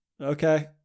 okay